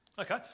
Okay